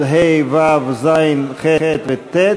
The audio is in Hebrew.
ו-(ט)